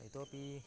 इतोपि